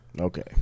Okay